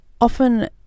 often